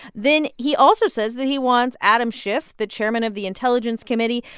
then he also says that he wants adam schiff, the chairman of the intelligence committee,